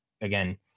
again